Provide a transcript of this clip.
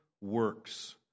works